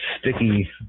sticky